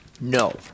No